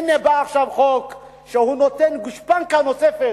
הנה בא עכשיו חוק שנותן גושפנקה נוספת,